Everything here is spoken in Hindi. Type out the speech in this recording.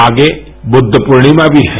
आगे बुद्ध पूर्णिमा नी है